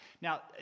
Now